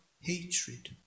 hatred